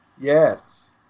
Yes